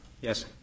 Yes